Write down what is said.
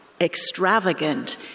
extravagant